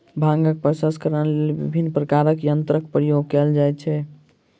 भांगक प्रसंस्करणक लेल विभिन्न प्रकारक यंत्रक प्रयोग कयल जाइत छै